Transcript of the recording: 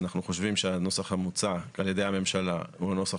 אנחנו חושבים שהנוסח המוצע על ידי הממשלה הוא נוסח